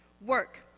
Work